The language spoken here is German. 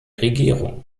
regierung